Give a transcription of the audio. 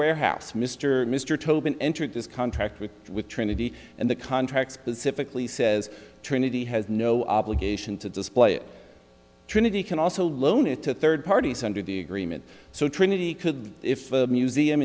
warehouse mr mr tobin entered this contract with with trinity and the contract specifically says trinity has no obligation to display it trinity can also loan it to third parties under the agreement so trinity could if the museum